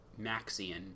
Maxian